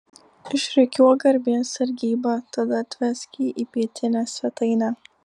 išrikiuok garbės sargybą tada atvesk jį į pietinę svetainę